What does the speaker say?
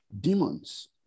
demons